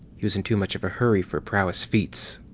he was in too much of a hurry for prowess feats.